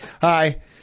hi